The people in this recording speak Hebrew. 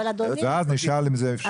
ואז נשאל האם זה אפשרי.